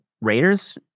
Raiders